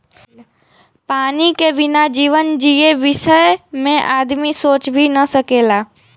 पानी के बिना जीवन जिए बिसय में आदमी सोच भी न सकेला